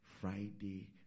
Friday